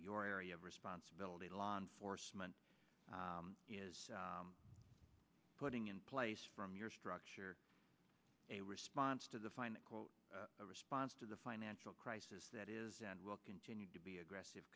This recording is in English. your area of responsibility law enforcement is putting in place from your structure a response to the find quote a response to the financial crisis that is and will continue to be aggressive